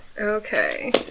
Okay